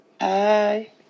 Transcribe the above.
Hi